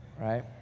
right